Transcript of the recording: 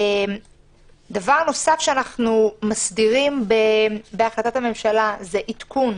דבר נוסף שאנחנו מסדירים בהחלטת הממשלה זה עדכון